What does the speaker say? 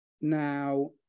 Now